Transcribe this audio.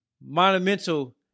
monumental